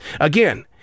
Again